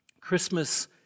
Christmas